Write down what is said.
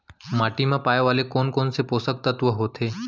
माटी मा पाए वाले कोन कोन से पोसक तत्व होथे?